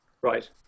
right